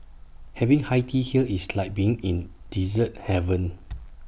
having high tea here is like being in dessert heaven